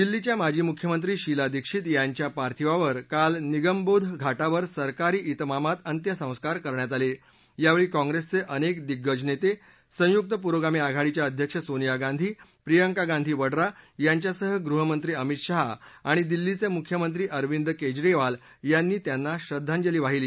दिल्लीच्या माजी मुख्यमंत्री शीला दिक्षित यांच्या पार्थिवावर काल निगमबोध घाटावर सरकारी त्रिमामात अत्यसंस्कार करण्यात आला बावळी काँग्रस्ट्रिझिनक्क दिग्गज नद्या अंयुक्त पुरोगामी आघाडीच्या अध्यक्ष सोनिया गांधी प्रियंका गांधी वड्रा यांच्यासह गृहमंत्री अमित शहा आणि दिल्लीच प्रिख्यमंत्री अरविंद क्जरीवाल यांनी त्यांना श्रद्वांजली वाहिली